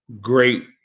great